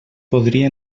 podria